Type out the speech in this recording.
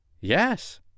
Yes